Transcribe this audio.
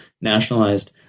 nationalized